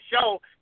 show